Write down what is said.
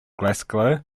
glasgow